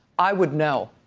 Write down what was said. i would know,